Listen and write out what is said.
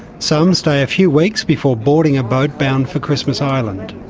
some stay a few weeks before boarding a boat bound for christmas island.